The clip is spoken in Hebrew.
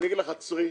אגיד לך: עצרי.